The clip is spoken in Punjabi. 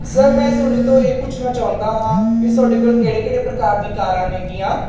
ਸਰ ਮੈਂ ਤੁਹਾਡੇ ਤੋਂ ਇਹ ਪੁੱਛਣਾ ਚਾਹੁੰਦਾ ਹਾਂ ਵੀ ਤੁਹਾਡੇ ਕੋਲ ਕਿਹੜੇ ਕਿਹੜੇ ਪ੍ਰਕਾਰ ਦੀ ਕਾਰਾਂ ਨੇ ਗੀਆਂ